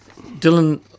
Dylan